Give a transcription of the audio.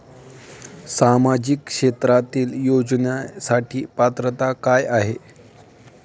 सामाजिक क्षेत्रांतील योजनेसाठी पात्रता काय आहे?